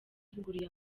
ivuguruye